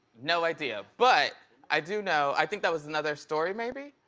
no idea. but i do know, i think that was another story maybe?